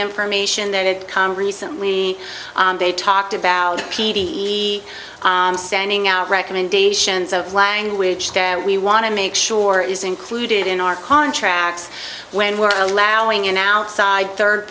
information that had come recently they talked about p d sending out recommendations of language that we want to make sure is included in our contracts when we're allowing an outside third